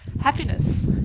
happiness